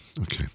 Okay